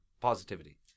Positivity